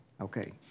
Okay